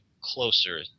closer